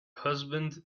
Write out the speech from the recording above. husband